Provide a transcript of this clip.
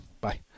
Bye